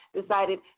decided